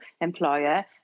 employer